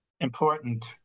important